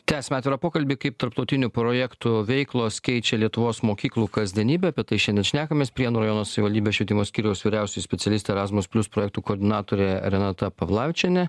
tęsiame atvirą pokalbį kaip tarptautinių projektų veiklos keičia lietuvos mokyklų kasdienybę apie tai šiandien šnekamės prienų rajono savivaldybės švietimo skyriaus vyriausioji specialistė erasmus plius projektų koordinatorė renata pavlavičienė